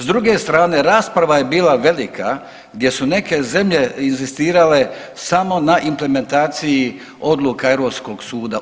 S druge strane rasprava je bila velika gdje su neke zemlje inzistirale samo na implementaciji odluka Europskog suda.